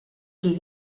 qui